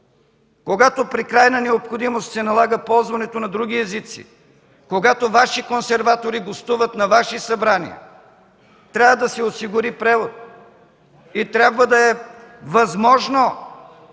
Когато при крайна необходимост се налага ползването на други езици, когато Ваши консерватори гостуват на Ваши събрания, трябва да се осигури превод и трябва да е възможно. България